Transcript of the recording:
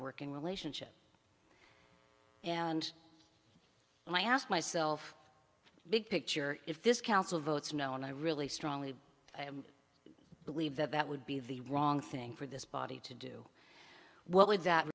working relationship and i ask myself big picture if this council votes no and i really strongly believe that that would be the wrong thing for this body to do what would that